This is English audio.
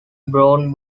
brown